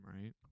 Right